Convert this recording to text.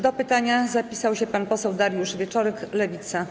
Do pytania zapisał się pan poseł Dariusz Wieczorek, Lewica.